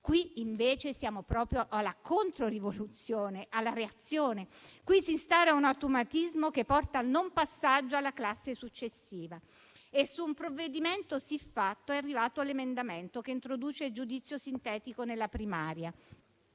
Qui invece siamo proprio alla controrivoluzione, alla reazione; qui si instaura un automatismo che porta al non passaggio alla classe successiva. Su un provvedimento siffatto è arrivato l'emendamento che introduce il giudizio sintetico nella primaria,